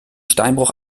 steinbruch